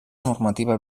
normativa